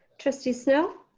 trustee snell.